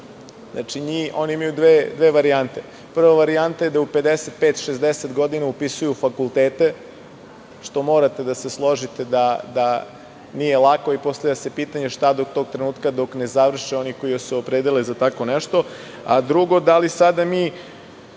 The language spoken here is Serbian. Znači, oni imaju dve varijante. Prva varijanta je da u 55-60 godina upisuju fakultete, što morate da se složite da nije lako. Postavlja se pitanje šta do tog trenutka dok ne završe oni koji se opredele za tako nešto? Drugo, da li sada mi